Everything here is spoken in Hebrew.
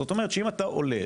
זאת אומרת שאם אתה עולה,